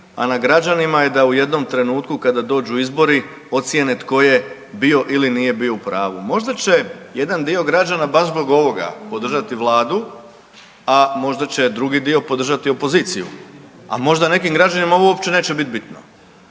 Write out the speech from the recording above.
a na građanima je da u jednom trenutku kada dođu izbori ocjene tko je bio ili nije bio u pravu. Možda će jedan dio građana baš zbog ovoga podržati Vladu a možda će drugi dio podržati opoziciju. A možda nekim građanima uopće neće biti bitno.